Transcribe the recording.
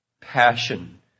passion